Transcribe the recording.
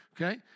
okay